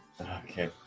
Okay